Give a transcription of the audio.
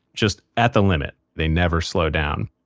just at the limit. they never slow down.